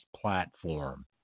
platform